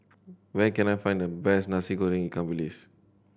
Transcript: where can I find the best Nasi Goreng ikan bilis